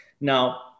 Now